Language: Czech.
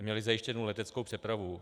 Měly zajištěnu leteckou přepravu.